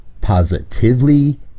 positively